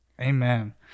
amen